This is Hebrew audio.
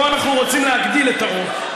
פה אנחנו רוצים להגדיל את הרוב.